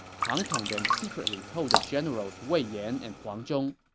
pang tong then secretly told the generals wei yan and huang zhong,